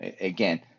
Again